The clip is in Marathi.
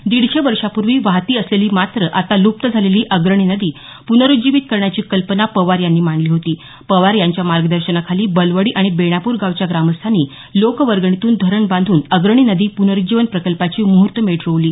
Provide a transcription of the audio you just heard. दीडशे वर्षापूर्वी वाहती असलेली मात्र आता लुप्त झालेली अग्रणी नदी पुनरुज्जीवित करण्याची कल्पना पवार यांनी मांडली होती पवार यांच्या मार्गदर्शनाखाली बलवडी आणि बेणापूर गावच्या ग्रामस्थानी लोकवर्गणीतून धरण बांधून अग्रणी नदी प्नरुज्जीवन प्रकल्पाची मुहूर्तमेढ रोवली